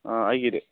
ꯑꯥ ꯑꯩꯒꯤꯗꯤ